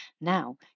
Now